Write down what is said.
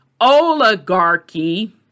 oligarchy